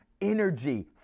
energy